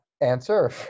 answer